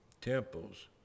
temples